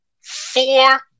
four